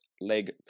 leg